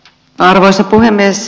arvoisa puhemies